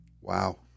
Wow